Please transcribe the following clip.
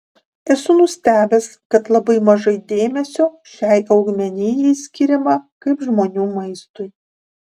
esu nustebęs kad labai mažai dėmesio šiai augmenijai skiriama kaip žmonių maistui